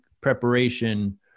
preparation